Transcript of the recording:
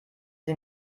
sie